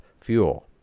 fuel